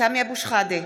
סמי אבו שחאדה,